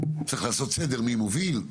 צריך לעשות סדר מי מוביל,